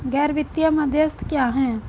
गैर वित्तीय मध्यस्थ क्या हैं?